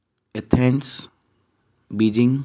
Athens Beijing